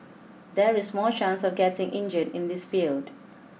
there is more chance of getting injured in this field